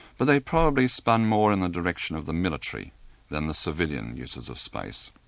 but they probably spun more in the direction of the military than the civilian uses of space.